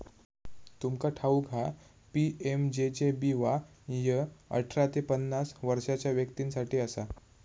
तुमका ठाऊक हा पी.एम.जे.जे.बी.वाय अठरा ते पन्नास वर्षाच्या व्यक्तीं साठी असा